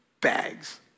bags